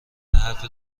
حرف